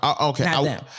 Okay